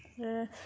आरो